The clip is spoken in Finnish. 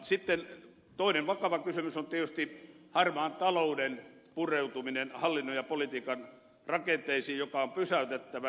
sitten toinen vakava kysymys on tietysti harmaan talouden pureutuminen hallinnon ja politiikan rakenteisiin joka on pysäytettävä